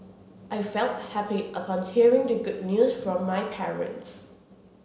I felt happy upon hearing the good news from my parents